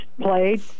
played